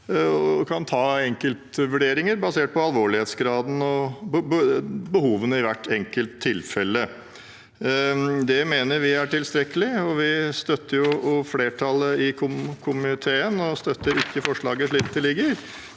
og kan ta enkeltvurderinger basert på alvorlighetsgraden og behovene i hvert enkelt tilfelle. Det mener vi er tilstrekkelig. Vi støtter derfor flertallet i komiteen og støtter ikke forslaget slik det foreligger.